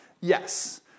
yes